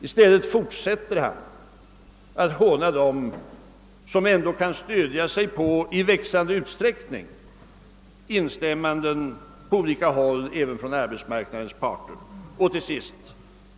I stället fortsätter han att håna dem som ändå i växande utsträckning kan stödja sig på instämmanden på olika håll även bland arbetsmarknadens parter. Till sist!